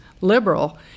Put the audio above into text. liberal